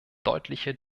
deutlicher